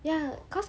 ya cause